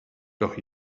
doch